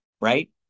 Right